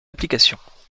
applications